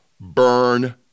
Burn